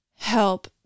help